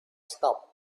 stopped